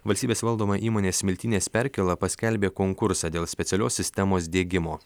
valstybės valdoma įmonė smiltynės perkėla paskelbė konkursą dėl specialios sistemos diegimo